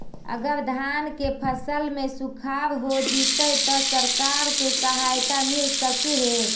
अगर धान के फ़सल में सुखाड़ होजितै त सरकार से सहायता मिल सके हे?